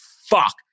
fuck